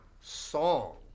song